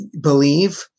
Believe